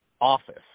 office